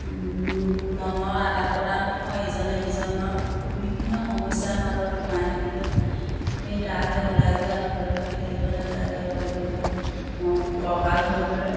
মনৰ আদান প্ৰদান হয় ইজনে সিজনৰ বিভিন্ন সমস্যাৰ মাজত সোমাই থাকিলেও সেই তালৈ ওলাই যোৱাৰ লগে লগে খেলিবলৈ ওলাই যোৱাৰ লগে লগে মনটো ফৰকাল হৈ পৰে